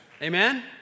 Amen